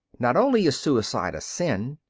not only is suicide a sin,